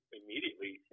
immediately